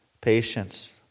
patience